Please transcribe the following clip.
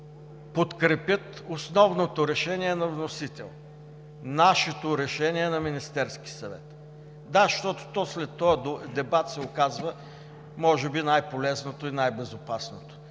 подкрепят основното решение на вносител – нашето решение на Министерския съвет. Да, защото то след този дебат се оказва може би най полезното и най-безопасното.